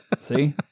see